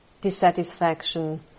dissatisfaction